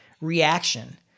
reaction